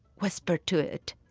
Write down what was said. whisper to it,